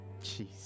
Jeez